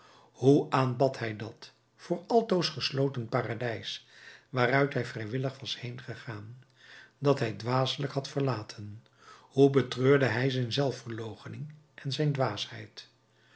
hoe aanbad hij dat voor altoos gesloten paradijs waaruit hij vrijwillig was heen gegaan dat hij dwaselijk had verlaten hoe betreurde hij zijn zelfverloochening en zijn dwaasheid